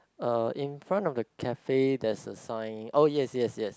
uh in front of the cafe there's a sign oh yes yes yes